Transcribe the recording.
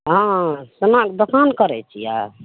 हँ सोनाके दोकान करय छियै